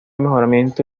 mejoramiento